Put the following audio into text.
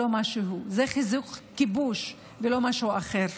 זה חיזוק כיבוש, ולא משהו אחר.